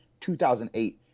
2008